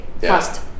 fast